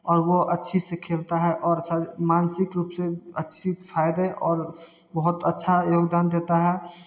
और वो अच्छी से खेलता है और मानसिक रूप से अच्छी फ़ायदे और और बहुत अच्छा योगदान देता है